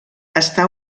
està